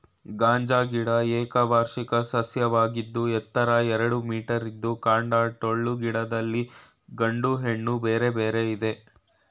ಗಾಂಜಾ ಗಿಡ ಏಕವಾರ್ಷಿಕ ಸಸ್ಯವಾಗಿದ್ದು ಎತ್ತರ ಎರಡು ಮೀಟರಿದ್ದು ಕಾಂಡ ಟೊಳ್ಳು ಗಿಡದಲ್ಲಿ ಗಂಡು ಹೆಣ್ಣು ಬೇರೆ ಬೇರೆ ಇದೆ